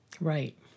Right